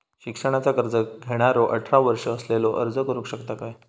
शिक्षणाचा कर्ज घेणारो अठरा वर्ष असलेलो अर्ज करू शकता काय?